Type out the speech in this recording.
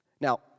Now